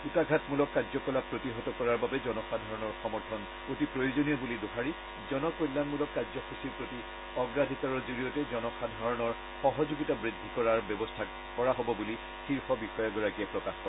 কূটাঘাতমূলক কাৰ্যকলাপ প্ৰতিহত কৰাৰ বাবে জনসাধাৰণৰ সমৰ্থন অতি প্ৰয়োজনীয় বুলি দোহাৰি জনকল্যাণমূলক কাৰ্যসূচীৰ প্ৰতি অগ্ৰাধিকাৰৰ জৰিয়তে জনসাধাৰণৰ সহযোগিতা বৃদ্ধি কৰাৰ ব্যৱস্থা কৰা হব বুলি শীৰ্ষ বিষয়াগৰাকীয়ে প্ৰকাশ কৰে